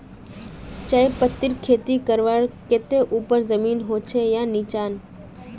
चाय पत्तीर खेती करवार केते ऊपर जमीन होचे या निचान?